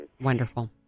Wonderful